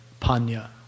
panya